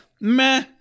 meh